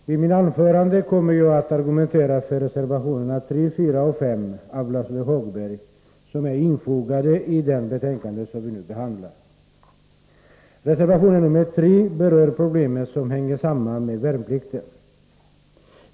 Herr talman! I mitt anförande kommer jag att argumentera för reservationerna 3, 4 och 5 av Lars-Ove Hagberg, som är fogade till det betänkande vi nu behandlar. Reservation 3 berör problem som hänger samman med värnplikten.